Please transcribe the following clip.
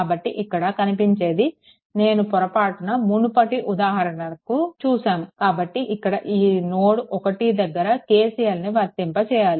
కాబట్టి ఇక్కడ కనిపించేది నేను పొరపాటున మునుపటి ఉదాహరణకి చూసాము కాబట్టి ఇక్కడ ఈ నోడ్1 దగ్గర KCLను వర్తింప చేయాలి